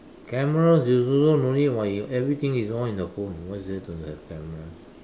cameras you also no need [what] everything is all in your phone why is there to have cameras